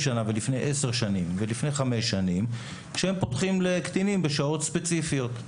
עשר ועשרים שנה שהם פותחים לקטינים בשעות ספציפית,